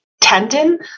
tendon